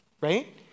right